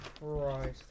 right